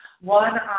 one